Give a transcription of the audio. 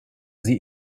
sie